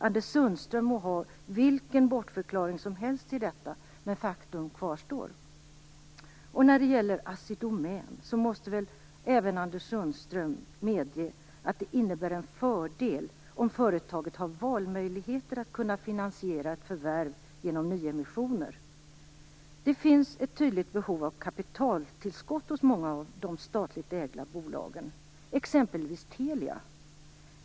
Anders Sundström må ha vilken bortförklaring som helst till detta, men faktum kvarstår. När det gäller Assi Domän måste väl även Anders Sundström medge att det innebär en fördel om företaget har valmöjligheter att finansiera ett förvärv genom nyemissioner. Det finns ett tydligt behov av kapitaltillskott hos många av de statligt ägda bolagen, exempelvis Telia.